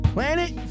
Planet